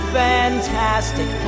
fantastic